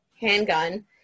handgun